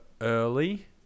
early